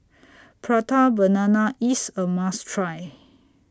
Prata Banana IS A must Try